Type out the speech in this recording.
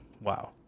Wow